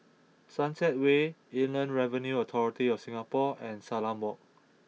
Sunset Way Inland Revenue Authority of Singapore and Salam Walk